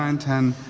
um ten,